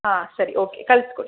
ಹಾಂ ಸರಿ ಓಕೆ ಕಳಿಸ್ಕೊಡಿ